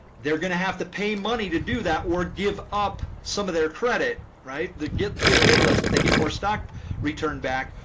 they're going to have to pay money to do that or give up some of their credit. they get get paid less, but they get more stock return back.